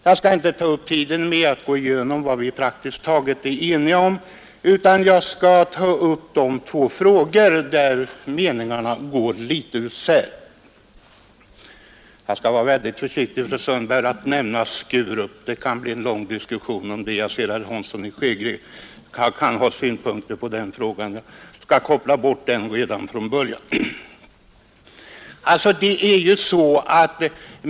Jag skall inte ta upp tiden med att gå igenom vad vi praktiskt taget är eniga om, utan nöjer mig med att ta upp de två frågor där meningarna går litet isär. Jag skall vara väldigt försiktig, fru Sundberg, att nämna Sturup, det kan bli en lång diskussion om det. Jag vet att herr Hansson i Skegrie har synpunkter på den frågan, och därför kopplar jag bort den redan från början.